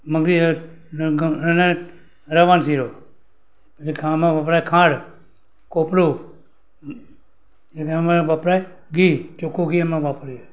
મગની અનાજ રવાનો શીરો આપણે ખાવામાં વપરાય ખાંડ કોપરું અને એમાં વપરાય ઘી ચોખ્ખું ઘી એમાં વાપરીએ